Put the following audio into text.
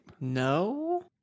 no